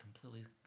completely